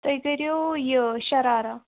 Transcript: تُہۍ کٔرِو یہِ شَرارا